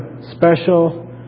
special